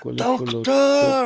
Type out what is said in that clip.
doctor,